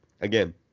again